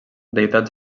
deïtats